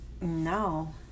No